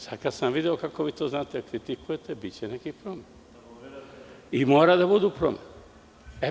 Sada kada sam video kako vi to znate da kritikujete, biće nekih promena i mora da bude promena.